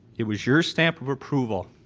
it was your stamp of approval,